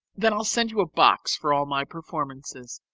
then i'll send you a box for all my performances,